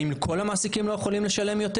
האם כל המעסיקים לא יכולים לשלם יותר?